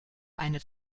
eine